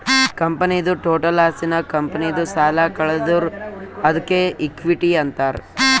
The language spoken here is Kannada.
ಕಂಪನಿದು ಟೋಟಲ್ ಆಸ್ತಿನಾಗ್ ಕಂಪನಿದು ಸಾಲ ಕಳದುರ್ ಅದ್ಕೆ ಇಕ್ವಿಟಿ ಅಂತಾರ್